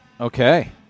Okay